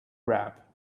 rap